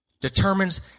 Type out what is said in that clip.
determines